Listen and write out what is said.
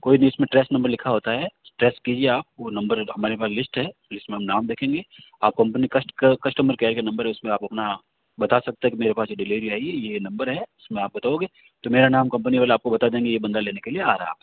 कोई नहीं उसमें ट्रेस नंबर लिखा होता है ट्रेस कीजिए आप वो नंबर हमारे पास लिस्ट है जिसमें हम नाम देखेंगे आप कंपनी कस्टमर केयर के नंबर है उस पे आप अपना बता सकते हैं कि मेरे पास ये डिलीवरी आई है ये नंबर है उसमें आप बताओगे तो मेरा नाम कंपनी वाले आपको बता देंगे ये बंदा लेने के लिए आ रहा है आपके पास